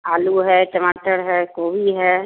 आलू है टमाटर है गोभी है